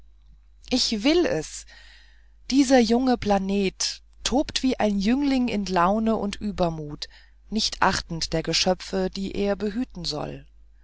ich will es dieser junge planet tobt wie ein jüngling in launen und übermut nicht achtend der geschöpfe die er behüten soll